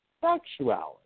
sexuality